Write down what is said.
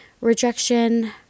rejection